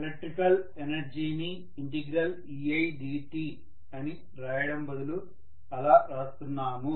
electrical ఎనర్జీని eidt అని రాయడం బదులు అలా రాస్తున్నాము